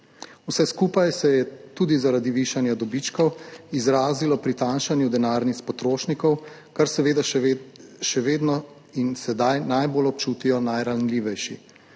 Vse skupaj se je tudi zaradi višanja dobičkov izrazilo pri tanjšanju denarnic potrošnikov, kar seveda še vedno in sedaj najbolj občutijo najranljivejši.